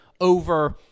over